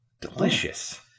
Delicious